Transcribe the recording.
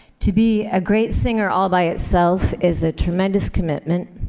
to be a great singer all by itself is a tremendous commitment,